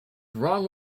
wrong